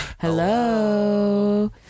Hello